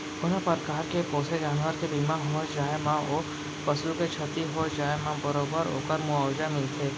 कोनों परकार के पोसे जानवर के बीमा हो जाए म ओ पसु के छति हो जाए म बरोबर ओकर मुवावजा मिलथे